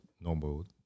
normal